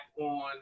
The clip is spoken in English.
on